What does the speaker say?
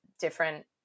different